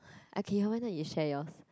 okay why not you share yours